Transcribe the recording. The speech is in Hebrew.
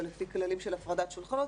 ולפי כללים של הפרדת שולחנות,